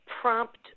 prompt